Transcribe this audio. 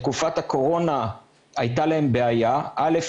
בתקופת הקורונה הייתה להם בעיה א.